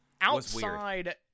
outside